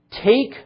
take